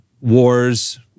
wars